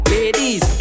Ladies